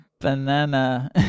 Banana